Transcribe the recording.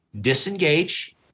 Disengage